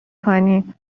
کنیم